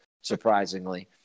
surprisingly